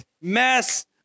mess